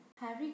Harry